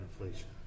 inflation